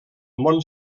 mont